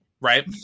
right